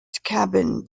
cabin